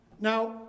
Now